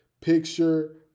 picture